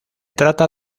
trata